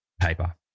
paper